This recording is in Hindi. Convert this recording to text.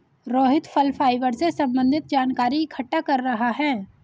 रोहित फल फाइबर से संबन्धित जानकारी इकट्ठा कर रहा है